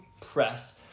press